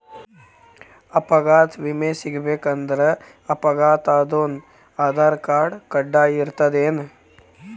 ಅಪಘಾತ್ ವಿಮೆ ಸಿಗ್ಬೇಕಂದ್ರ ಅಪ್ಘಾತಾದೊನ್ ಆಧಾರ್ರ್ಕಾರ್ಡ್ ಕಡ್ಡಾಯಿರ್ತದೇನ್?